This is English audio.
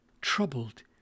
troubled